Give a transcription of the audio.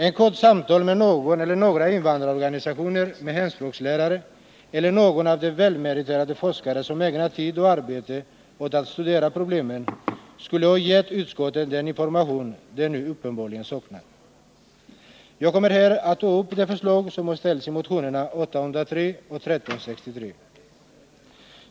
Ett kort samtal med några invandrarorganisationer, med hemspråkslärare eller med någon av de välmeriterade forskare som ägnat tid och arbete åt att studera problemen skulle ha gett utskottet den information det nu uppenbarligen saknar. Jag kommer här att ta upp de förslag som har ställts i motionerna nr 803 och 1363.